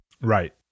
Right